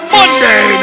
Monday